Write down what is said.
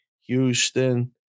Houston